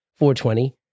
420